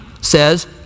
says